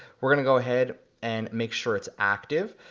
we're gonna go ahead and make sure it's active.